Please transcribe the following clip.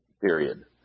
period